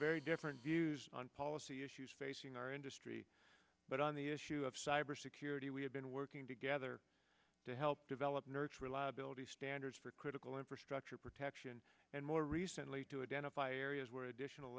very different views on policy issues facing our industry but on the issue of cybersecurity we have been working together to help develop nurture reliability standards for critical infrastructure protection and more recently to identify areas where additional